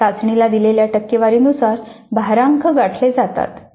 चाचणीला दिलेल्या टक्केवारीनुसार भारांक गाठले जातात